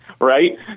right